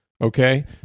okay